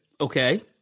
Okay